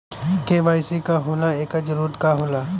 KYC का होला एकर जरूरत का होला?